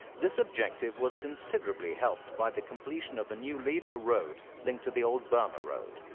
this objective was considerably helped by the completion of the new ledo road linked to the old burma road.